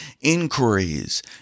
inquiries